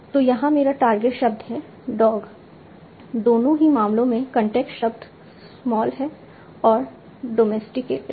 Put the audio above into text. तो यहाँ मेरा टारगेट शब्द है डॉग दोनों ही मामलों में कॉन्टेक्स्ट शब्द स्मॉल है और डॉमेस्टिकेटेड